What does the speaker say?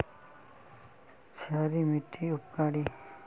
क्षारी मिट्टी उपकारी?